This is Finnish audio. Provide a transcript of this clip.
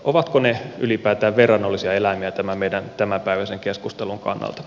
ovatko ne ylipäätään verrannollisia eläimiä tämän meidän tämänpäiväisen keskustelumme kannalta